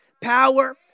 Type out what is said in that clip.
power